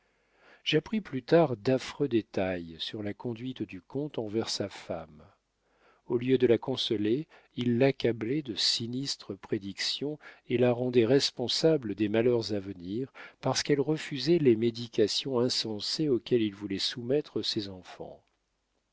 j'appris plus tard d'affreux détails sur la conduite du comte envers sa femme au lieu de la consoler il l'accablait de sinistres prédictions et la rendait responsable des malheurs à venir parce qu'elle refusait les médications insensées auxquelles il voulait soumettre ses enfants